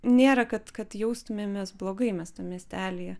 nėra kad kad jaustumėmės blogai mes tam miestelyje